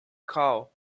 call